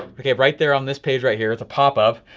okay, right there on this page right here at the pop up.